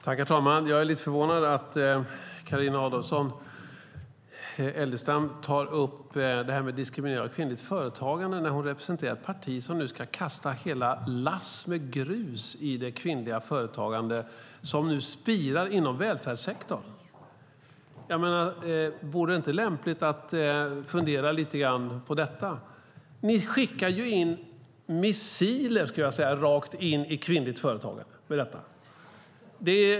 Herr talman! Jag är lite förvånad över att Carina Adolfsson Elgestam tar upp diskriminering av kvinnligt företagande när hon representerar ett parti som ska kasta hela lass med grus i det kvinnliga företagande som nu spirar inom välfärdssektorn. Vore det inte lämpligt att fundera över detta? Ni skickar in missiler rakt in i kvinnligt företagande.